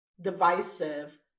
divisive